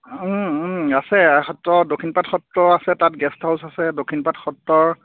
আছে সত্ৰ দক্ষিণপাট সত্ৰ আছে তাত গেষ্ট হাউচ আছে দক্ষিণপাট সত্ৰৰ